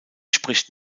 spricht